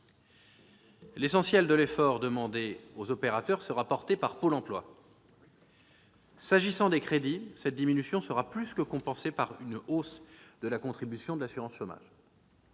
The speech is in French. L'essentiel de l'effort demandé aux opérateurs sera porté par Pôle emploi. S'agissant des crédits, cette diminution sera plus que compensée par une hausse de la contribution de l'assurance chômage.